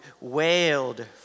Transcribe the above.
wailed